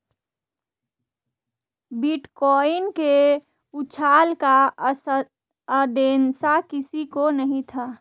bitcoin के उछाल का अंदेशा किसी को नही था